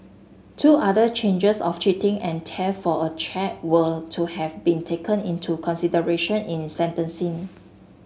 two other changes of cheating and theft for a cheque were to have been taken into consideration in in sentencing